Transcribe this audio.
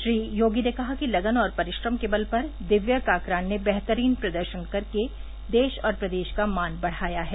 श्री योगी ने कहा कि लगन और परिश्रम के बल पर दिव्या काकरान ने बेहतरीन प्रदर्शन करके देश और प्रदेश का मान बढ़ाया है